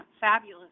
fabulous